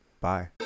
Bye